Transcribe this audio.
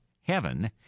Heaven